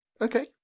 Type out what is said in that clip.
Okay